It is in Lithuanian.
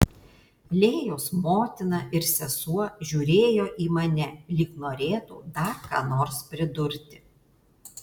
lėjos motina ir sesuo žiūrėjo į mane lyg norėtų dar ką nors pridurti